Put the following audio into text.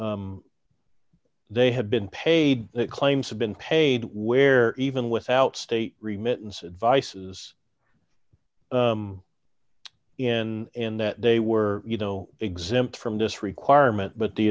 that they have been paid claims have been paid where even without state remittance vices in in that they were you know exempt from this requirement but the